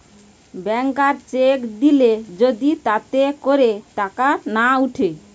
ব্যাংকার cheque দিলে যদি তাতে করে টাকা না উঠে